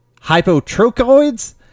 hypotrochoids